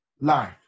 life